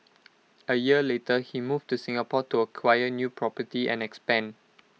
A year later he moved to Singapore to acquire new property and expand